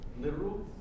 literal